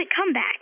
comeback